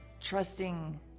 Trusting